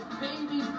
baby